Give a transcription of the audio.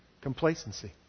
complacency